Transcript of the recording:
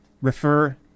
refer